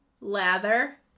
lather